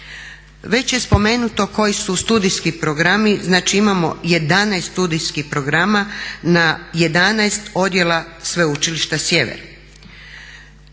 Već je spomenuto koji su studijski programi, znači imamo 11 studijskih programa na 11 odjela Sveučilišta Sjever.